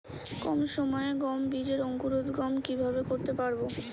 কম সময়ে গম বীজের অঙ্কুরোদগম কিভাবে করতে পারব?